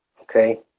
Okay